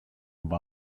war